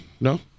No